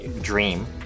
dream